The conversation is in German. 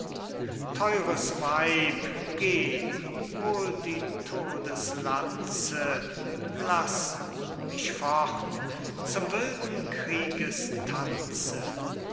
theures weib geh hol die todeslanze laß mich fort zum wilden